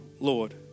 Lord